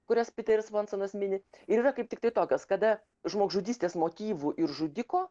kurias piteris svonsonas mini ir ir yra kaip tik tai tokios kada žmogžudystės motyvų ir žudiko